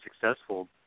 successful